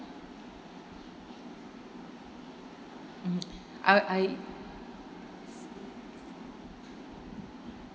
mm I I